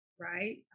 right